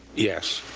yes.